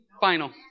final